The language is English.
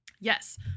Yes